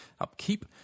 upkeep